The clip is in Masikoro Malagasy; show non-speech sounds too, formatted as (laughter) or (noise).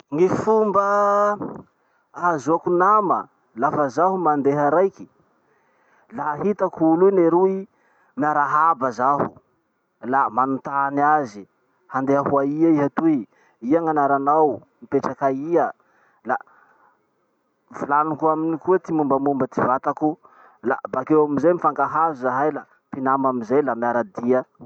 Gny fomba ahazoako nama lafa zaho mandeha raiky. Laha hitako olo iny eroy, miarahaba zaho, la manotany azy, 'handeha ho aia iha toy?, ia gn'anaranao?, mipetrak'aia?' La (hesitation) volaniko aminy koa ty mombamomba ty vatako la bakeo amizay mifankahazo zahay la mpinama amizay la miaradia.